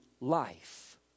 life